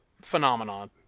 phenomenon